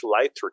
lighter